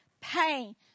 pain